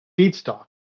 feedstock